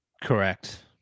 Correct